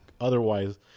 otherwise